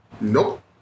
Nope